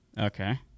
Okay